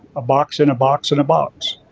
a box in a box in a box.